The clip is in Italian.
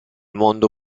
mondo